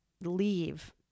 leave